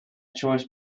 choice